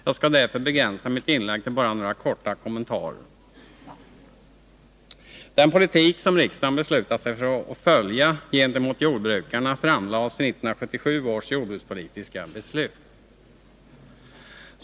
Jag skall därför begränsa mitt inlägg till bara några korta kommentarer. Den politik som riksdagen beslutat sig för att följa gentemot jordbrukarna fastlades i 1977 års jordbrukspolitiska beslut.